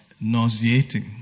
nauseating